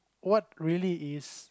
what really is